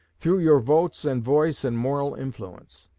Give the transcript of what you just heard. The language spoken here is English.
through your votes and voice and moral influence.